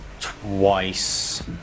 twice